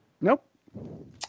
Nope